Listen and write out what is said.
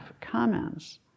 comments